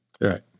Right